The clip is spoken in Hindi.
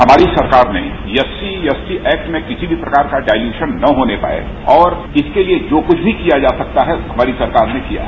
हमारी सरकार ने एससीएसटी ऐक्ट में किसी भी प्रकार का डाइलूशन न होने पाए और इसके लिए जो कुछ भी किया जा सकता है हमारी सरकार ने किया है